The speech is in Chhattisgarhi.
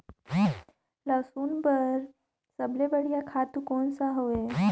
लसुन बार सबले बढ़िया खातु कोन सा हो?